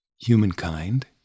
humankind